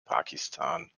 pakistan